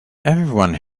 everyone